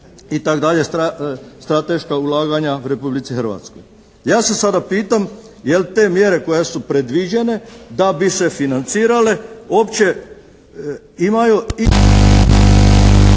itd. strateška ulaganja u Republici Hrvatskoj. Ja se sada pitam je li te mjere koje su predviđene da bi se financirale uopće imaju